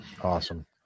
Awesome